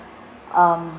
um